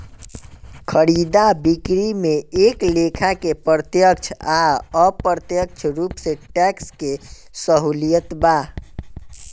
खरीदा बिक्री में एक लेखा के प्रत्यक्ष आ अप्रत्यक्ष रूप से टैक्स के सहूलियत बा